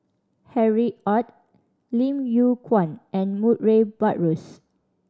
Harry Ord Lim Yew Kuan and Murray Buttrose